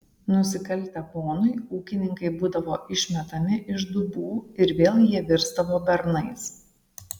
nusikaltę ponui ūkininkai būdavo išmetami iš dubų ir vėl jie virsdavo bernais